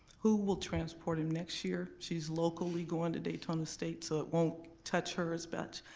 who will transport him next year? she's locally going to daytona state so it won't touch her as but